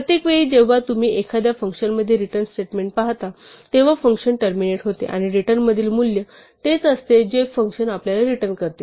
प्रत्येक वेळी जेव्हा तुम्ही एखाद्या फंक्शनमध्ये रिटर्न स्टेटमेंट पाहता तेव्हा फंक्शन टर्मिनेट होते आणि रिटर्नमधील मूल्य तेच असते जे फंक्शन आपल्याला रिटर्न करते